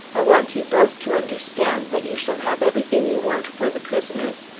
i want you both to understand that you shall have everything you want for the prisoners.